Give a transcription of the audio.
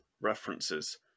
references